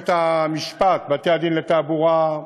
מערכת המשפט, בתי-הדין לתעבורה,